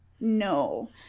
no